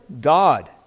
God